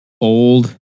old